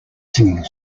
singing